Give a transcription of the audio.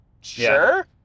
sure